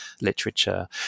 literature